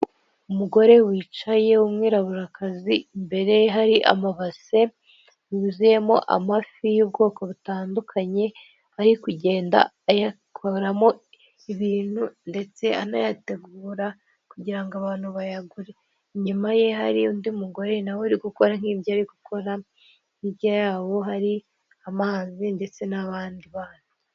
Umugore wicaye w'umwiraburakazi. Imbere ye hari amabase yuzuyemo amafi y'ubwoko butandukanye, ari kugenda ayakuramo ibintu ndetse anayategura kugira ngo abantu bayagure. Inyuma ye hari undi mugore nawe ari gukora nk'ibyo ari gukora. Hirya yabo hari amazi ndetse n'abandi bana.